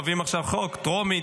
מביאים עכשיו חוק בטרומית,